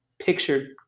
pictured